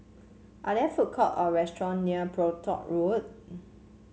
are there food court or restaurant near Brompton Road